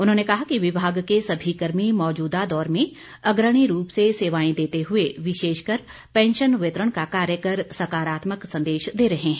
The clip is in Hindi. उन्होंने कहा कि विभाग के सभी कर्मी मौजूदा दौर में अग्रणी रूप से सेवाएं देते हुए विशेषकर पैंशन वितरण का कार्य कर सकारात्मक संदेश दे रहे हैं